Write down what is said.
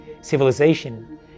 civilization